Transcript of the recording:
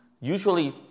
usually